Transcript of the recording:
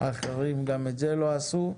האחרים גם את זה לא עשו.